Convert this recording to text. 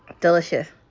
Delicious